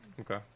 Okay